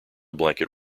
blanket